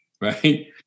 right